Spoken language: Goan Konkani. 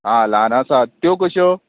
आ ल्हान आसा त्यो कश्यो